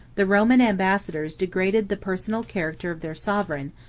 the roman ambassadors degraded the personal character of their sovereign,